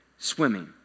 swimming